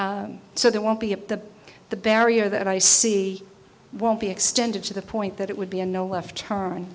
e so there won't be up to the barrier that i see won't be extended to the point that it would be a no left turn